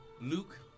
Luke